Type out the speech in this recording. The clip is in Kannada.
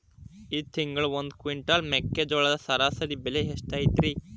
ಈ ತಿಂಗಳ ಒಂದು ಕ್ವಿಂಟಾಲ್ ಮೆಕ್ಕೆಜೋಳದ ಸರಾಸರಿ ಬೆಲೆ ಎಷ್ಟು ಐತರೇ?